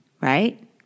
right